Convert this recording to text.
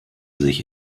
sich